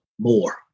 more